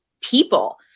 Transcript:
people